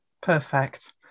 Perfect